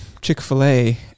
chick-fil-a